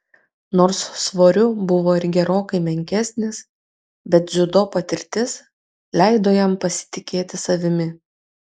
nors svoriu buvo ir gerokai menkesnis bet dziudo patirtis leido jam pasitikėti savimi